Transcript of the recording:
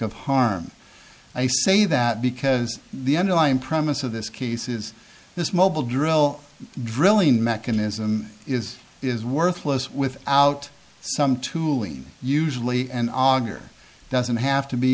of harm i say that because the n o i in premise of this case is this mobile drill drilling mechanism is is worthless without some tooling usually an arguer doesn't have to be